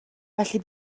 felly